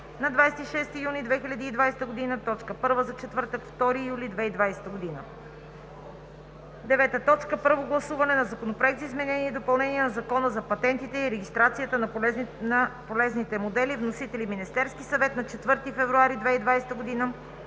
2 юли 2020 г. 9. Първо гласуване на Законопроекта за изменение и допълнение на Закона за патентите и регистрацията на полезните модели. Вносител – Министерският съвет, 4 февруари 2020 г.,